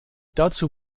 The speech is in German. dazu